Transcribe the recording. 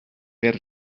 per